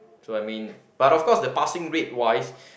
so I mean but of course the passing rate wise